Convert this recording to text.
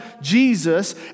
Jesus